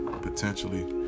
potentially